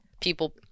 people